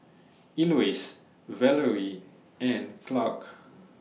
Elois Valery and Clark